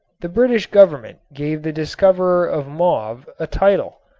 the british government gave the discoverer of mauve a title,